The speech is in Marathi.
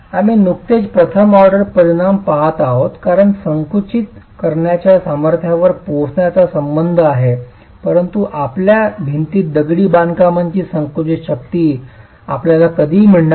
आम्ही नुकतेच प्रथम ऑर्डर परिणाम पहात आहोत कारण संकुचित करण्याच्या सामर्थ्यावर पोहोचण्याचा संबंध आहे परंतु आपल्या भिंतीत दगडी बांधकामांची संकुचित शक्ती आपल्याला कधीही मिळणार नाही